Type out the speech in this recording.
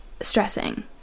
stressing